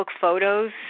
photos